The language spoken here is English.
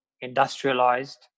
industrialized